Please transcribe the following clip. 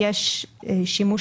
זה כולל להפוך את זה למערכת מקוונת,